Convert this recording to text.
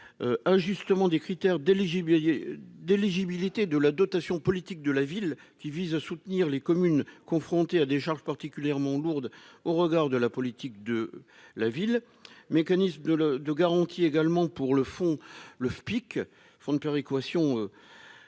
injustement des critères d'éligibilité d'éligibilité de la dotation politique de la ville, qui vise à soutenir les communes confrontées à des charges particulièrement lourde au regard de la politique de la ville, mécanisme de le de garantie également pour le fond, le fonds de péréquation